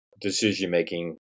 decision-making